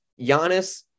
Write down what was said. Giannis